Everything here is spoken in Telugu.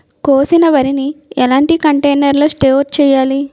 కోసిన వరిని ఎలాంటి కంటైనర్ లో స్టోర్ చెయ్యాలి?